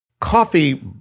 coffee